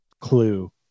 clue